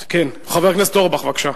כן, חבר הכנסת אורי אורבך, בבקשה.